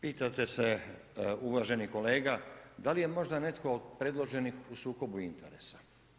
Pitate se uvaženi kolega da li je možda netko od predloženih u sukobu interesa.